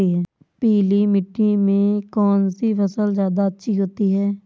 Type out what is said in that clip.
पीली मिट्टी में कौन सी फसल ज्यादा अच्छी होती है?